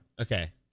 okay